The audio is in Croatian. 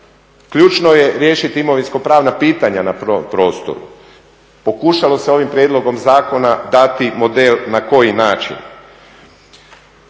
Ključno je riješiti imovinskopravna pitanja na prostoru. Pokušalo se ovim prijedlogom zakona dati model na koji način.